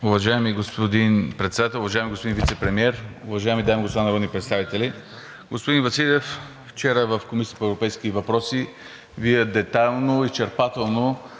Уважаеми господин Председател, уважаеми господин Вицепремиер, уважаеми дами и господа народни представители! Господин Василев, вчера в Комисията по европейски въпроси Вие детайлно, изчерпателно